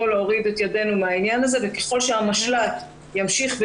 להוריד את ידינו מן העניין הזה וככל שהמשל"ט יוקם